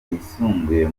yisumbuye